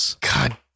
God